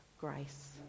grace